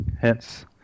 Hence